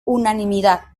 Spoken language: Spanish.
unanimidad